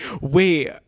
Wait